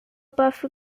buff